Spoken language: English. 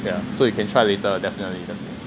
ya so you can try later lah definitely definite~